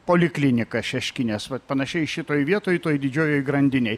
poliklinika šeškinės vat panašiai šitoj vietoj toj didžiojoj grandinėj